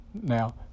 Now